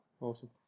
Awesome